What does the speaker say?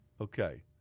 Okay